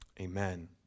amen